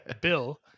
Bill